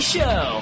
Show